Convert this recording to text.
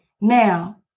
now